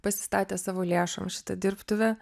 pasistatė savo lėšomis šitą dirbtuvę